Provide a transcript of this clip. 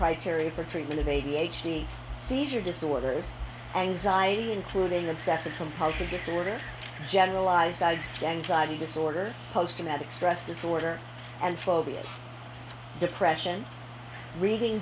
criteria for treatment of a d h d seizure disorders anxiety including obsessive compulsive disorder generalized anxiety disorder post traumatic stress disorder and phobias depression reading